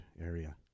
area